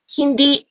hindi